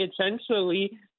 essentially